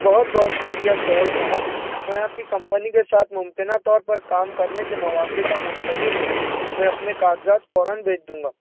بہت بہت شکریہ سہیل صاحب میں آپ کی کمپنی کے ساتھ ممکنہ طور پر کام کرنے کے مواقع کا منتظر ہوں میں اپنے کاغذات فوراً بھیج دوں گا